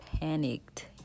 panicked